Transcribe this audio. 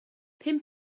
pum